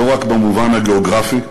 לא רק במובן הגיאוגרפי,